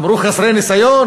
אמרו: חסרי ניסיון,